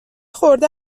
خورده